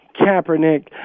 kaepernick